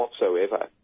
whatsoever